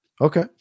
Okay